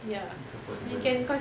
considerable